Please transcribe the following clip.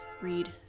Read